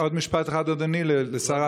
עוד משפט אחד, אדוני, לשר הביטחון.